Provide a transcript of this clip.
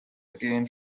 again